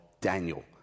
Daniel